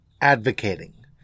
advocating